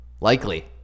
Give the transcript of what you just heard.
Likely